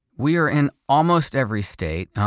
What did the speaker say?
we are in almost every state.